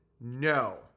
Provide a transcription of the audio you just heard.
no